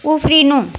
उफ्रिनु